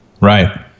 Right